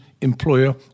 employer